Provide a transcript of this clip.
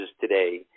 today